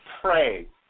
pray